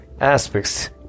aspects